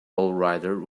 lowrider